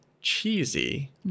cheesy